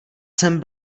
jsem